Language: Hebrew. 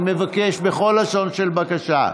אני מבקש בכל לשון של בקשה.